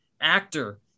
actor